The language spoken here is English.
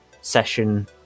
session